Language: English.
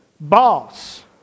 Boss